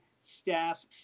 staff